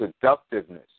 seductiveness